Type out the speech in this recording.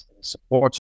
support